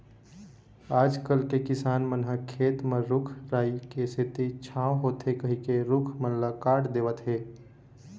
आजकल के किसान मन ह खेत म रूख राई के सेती छांव होथे कहिके रूख मन ल काट देवत हें